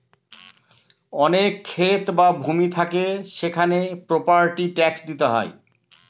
অনেক ক্ষেত বা ভূমি থাকে সেখানে প্রপার্টি ট্যাক্স দিতে হয়